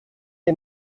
les